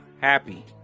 happy